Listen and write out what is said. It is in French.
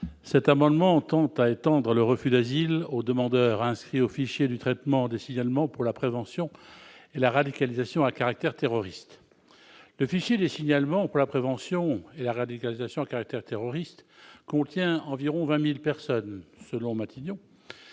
Cet amendement tend à étendre le refus d'asile aux demandeurs inscrits au fichier de traitement des signalements pour la prévention de la radicalisation à caractère terroriste. Le fichier des signalements pour la prévention de la radicalisation à caractère terroriste, publié en février dernier, compte environ 20 000 personnes selon Matignon,